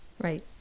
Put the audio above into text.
Right